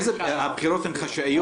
הבחירות הן חשאיות?